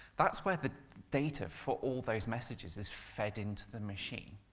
that's where the data for all those messages is fed into the machine.